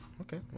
Okay